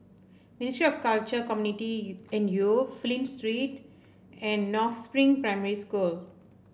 Ministry of Culture Community and Youth Flint Street and North Spring Primary School